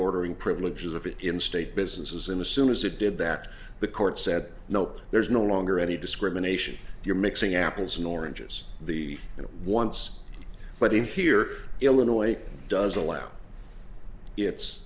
ordering privileges of in state businesses in assoon as it did that the court said nope there's no longer any discrimination you're mixing apples and oranges the you know once but in here illinois does allow it's